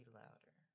louder